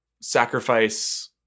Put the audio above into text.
sacrifice